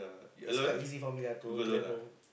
it's quite easy for me lah to travel